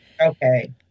Okay